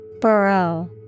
Burrow